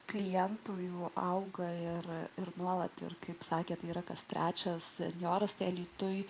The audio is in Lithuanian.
klientų jų auga ir ir nuolat ir kaip sakė tai yra kas trečias senjoras tai alytuje